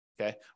okay